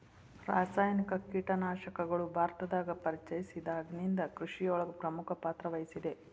ರಾಸಾಯನಿಕ ಕೇಟನಾಶಕಗಳು ಭಾರತದಾಗ ಪರಿಚಯಸಿದಾಗನಿಂದ್ ಕೃಷಿಯೊಳಗ್ ಪ್ರಮುಖ ಪಾತ್ರವಹಿಸಿದೆ